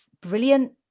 brilliant